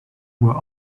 were